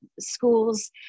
schools